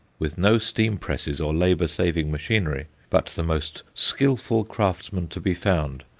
with no steam presses or labour-saving machinery, but the most skilful craftsmen to be found,